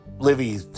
Livy